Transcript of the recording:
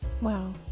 Wow